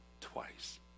twice